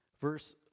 Verse